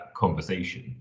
conversation